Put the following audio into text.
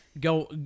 Go